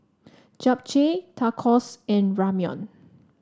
Japchae Tacos and Ramyeon